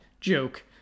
joke